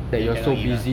then cannot eat ah